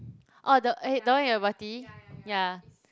oh the eh the one with the ya